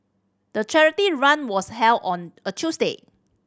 the charity run was held on a Tuesday